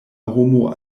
homo